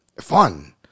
fun